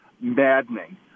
maddening